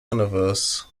universe